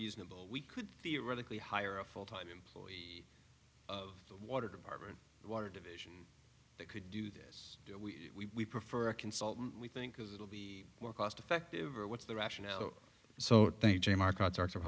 reasonable we could theoretically hire a full time employee of the water department of water division they could do this we prefer a consultant we think is it'll be more cost effective or what's the rationale so thank you jay markets arthur